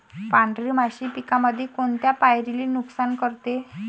पांढरी माशी पिकामंदी कोनत्या पायरीले नुकसान करते?